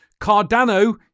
Cardano